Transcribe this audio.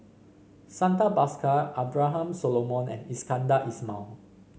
Santha Bhaskar Abraham Solomon and Iskandar Ismail